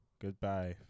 goodbye